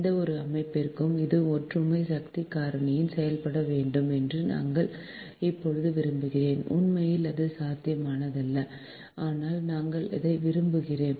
எந்தவொரு அமைப்பிற்கும் அது ஒற்றுமை சக்தி காரணியில் செயல்பட வேண்டும் என்று நாங்கள் எப்போதும் விரும்புகிறோம் உண்மையில் அது சாத்தியமில்லை ஆனால் நாங்கள் அதை விரும்புகிறோம்